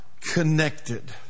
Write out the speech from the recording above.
connected